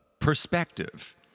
perspective